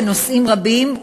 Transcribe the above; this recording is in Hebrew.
בנושאים רבים,